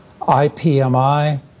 IPMI